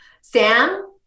Sam